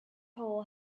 hole